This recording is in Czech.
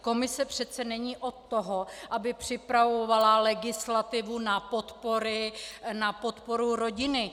Komise přece není od toho, aby připravovala legislativu na podporu rodiny.